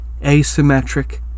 asymmetric